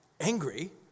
angry